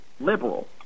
liberal